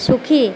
সুখী